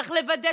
צריך לוודא,